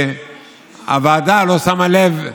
שהוועדה לא שמה לב,